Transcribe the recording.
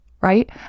Right